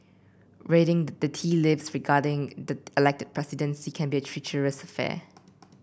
reading the tea leaves regarding the elected presidency can be a treacherous affair